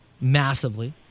Massively